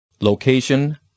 Location